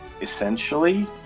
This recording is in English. essentially